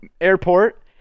airport